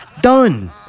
Done